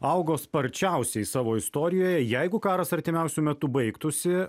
augo sparčiausiai savo istorijoje jeigu karas artimiausiu metu baigtųsi